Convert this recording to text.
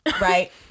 right